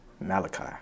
Malachi